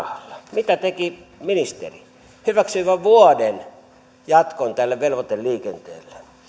mitä teki ministeri hyväksyi vain vuoden jatkon tälle velvoiteliikenteelle